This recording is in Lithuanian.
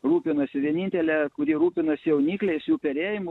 rūpinasi vienintelė kuri rūpinasi jaunikliais jų perėjimu